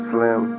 Slim